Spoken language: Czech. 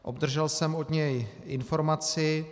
Obdržel jsem od něj informaci.